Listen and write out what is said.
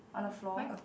on the floor